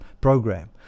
program